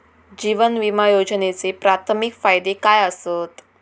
जीवन विमा योजनेचे प्राथमिक फायदे काय आसत?